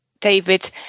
David